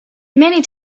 many